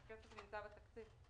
הכסף נמצא בתקציב.